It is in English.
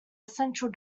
central